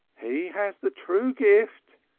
he has the true gift,